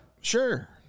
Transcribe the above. Sure